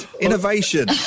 Innovation